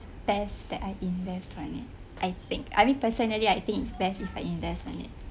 best that I invest on it I think I mean personally I think it's best if I invest on it